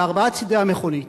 בארבעה צדי המכונית.